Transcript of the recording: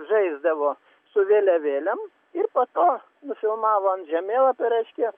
žaisdavo su vėliavėlėm ir po to nufilmavom žemėlapį reiškia